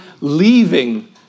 leaving